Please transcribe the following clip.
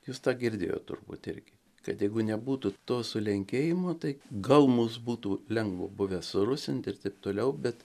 jūs tą girdėjot turbūt irgi kad jeigu nebūtų to sulenkėjimo tai gal mus būtų lengva buvę surusint ir taip toliau bet